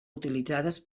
utilitzades